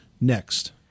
next